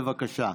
בבקשה.